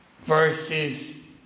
verses